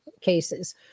cases